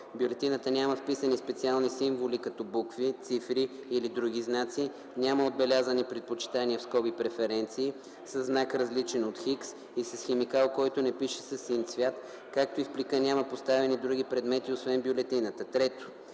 бюлетината няма вписани специални символи като букви, цифри или други знаци, няма отбелязани предпочитания (преференции) със знак, различен от „Х” и с химикал, който не пише със син цвят, както и в плика няма поставени други предмети освен бюлетината; 3.